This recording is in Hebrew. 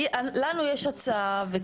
לנו יש הצעה.